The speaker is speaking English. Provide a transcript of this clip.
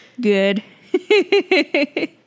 Good